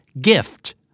Gift